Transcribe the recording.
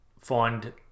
find